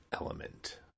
element